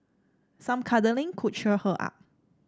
some cuddling could cheer her up